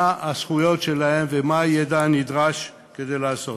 מה הזכויות שלהם ומה הידע הנדרש כדי לעשות.